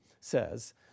says